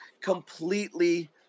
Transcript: completely